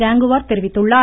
காங்குவார் தெரிவித்துள்ளார்